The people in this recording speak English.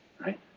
right